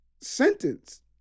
sentence